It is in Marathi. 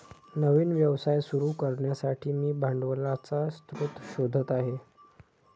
नवीन व्यवसाय सुरू करण्यासाठी मी भांडवलाचा स्रोत शोधत आहे